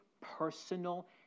personal